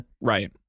Right